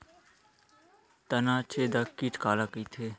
तनाछेदक कीट काला कइथे?